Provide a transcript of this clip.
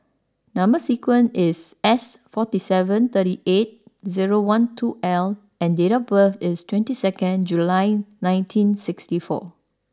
number sequence is S forty seven thirty eight zero one two L and date of birth is twenty second July nineteen sixty four